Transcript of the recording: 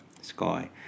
sky